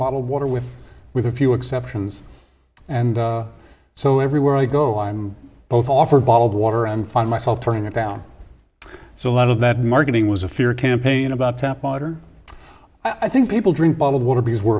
bottled water with with a few exceptions and so everywhere i go i'm both offered bottled water and find myself turning it down so a lot of that marketing was a fear campaign about tap water i think people drink bottled water because we're